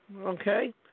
Okay